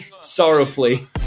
sorrowfully